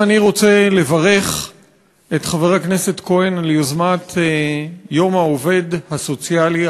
גם אני רוצה לברך את חבר הכנסת כהן על יוזמת יום העובד הסוציאלי,